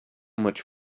much